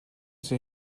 see